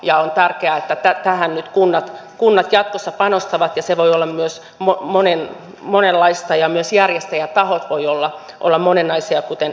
ja on tärkeää että tähän nyt kunnat jatkossa panostavat ja se voi olla myös monenlaista ja myös järjestäjätahot voivat olla monenlaisia kuten järjestöjä